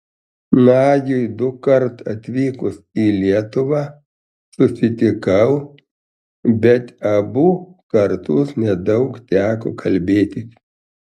nagiui dukart atvykus į lietuvą susitikau bet abu kartus nedaug teko kalbėtis